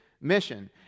mission